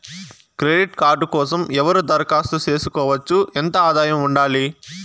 Credit card కోసం ఎవరు దరఖాస్తు చేసుకోవచ్చు? ఎంత ఆదాయం ఉండాలి?